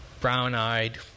brown-eyed